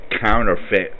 counterfeit